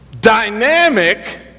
dynamic